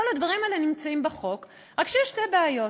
כל הדברים האלה נמצאים בחוק, רק שיש שתי בעיות: